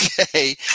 Okay